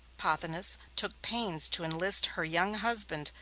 pothinus took pains to enlist her young husband,